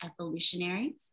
Evolutionaries